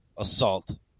assault